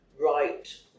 right